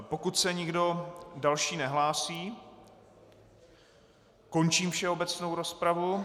Pokud se nikdo další nehlásí, končím všeobecnou rozpravu.